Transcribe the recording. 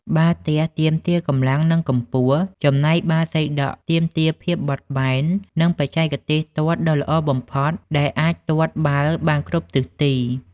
បាល់ទះទាមទារកម្លាំង និងកម្ពស់ ចំណែកបាល់សីដក់ទាមទារភាពបត់បែន និងបច្ចេកទេសទាត់ដ៏ល្អបំផុតដែលអាចទាត់បាល់បានគ្រប់ទិសទី។